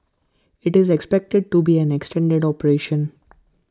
IT is expected to be an extended operation